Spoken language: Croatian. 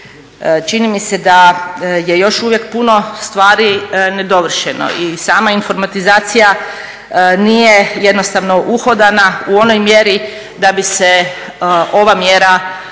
Čini mi se da je još uvijek puno stvari nedovršeno i sama informatizacija nije jednostavno uhodana u onoj mjeri da bi se ova mjera mogla